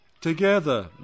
Together